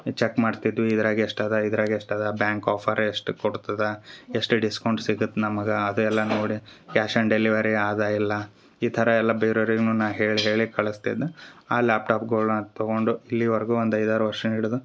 check ಮಾಡ್ತಿದ್ವಿ ಇದ್ರಾಗ ಎಷ್ಟು ಅದ ಇದ್ರಾಗ ಎಷ್ಟು ಅದ ಬ್ಯಾಂಕ್ ಆಫರ್ ಎಷ್ಟುಕ್ಕೆ ಕೊಡ್ತದ ಎಷ್ಟು ಡಿಸ್ಕೌಂಟ್ ಸಿಗತ್ತೆ ನಮಗೆ ಅದು ಎಲ್ಲ ನೋಡಿ ಕ್ಯಾಶ್ ಆನ್ ಡೆಲಿವರಿ ಅದ ಇಲ್ಲ ಈ ಥರ ಎಲ್ಲ ಬೇರೆ ಅವ್ರಿಗ್ನು ನಾ ಹೇಳಿ ಹೇಳಿ ಕಳಸ್ತಿದ್ನ ಆ ಲ್ಯಾಪ್ಟಾಪ್ಗುಳ್ನ ತಗೊಂಡು ಇಲ್ಲಿವರ್ಗು ಒಂದು ಐದು ಆರು ವರ್ಷ ಹಿಡಿದ